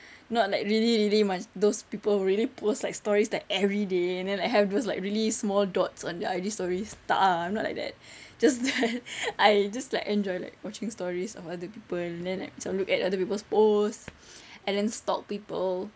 not like really really must those people who really post like stories like every day and then like have those like really small dots on their I_G stories tak ah I'm not like that just that I just like enjoy like watching stories of other people then like macam look at other people's posts and then stalk people